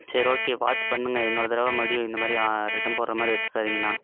சரி ஓகே பார்த்து பண்ணுங்க இன்னொரு தடவை மறுபடியும் இந்த மாதிரி ரிட்டன் போடுகிற மாதிரி வச்சிக்காதிங்கண்ணா